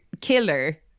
killer